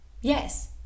Yes